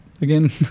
again